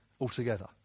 altogether